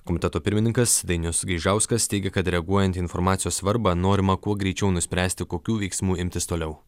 komiteto pirmininkas dainius gaižauskas teigė kad reaguojant į informacijos svarbą norima kuo greičiau nuspręsti kokių veiksmų imtis toliau